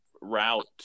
route